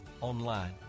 online